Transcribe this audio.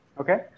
okay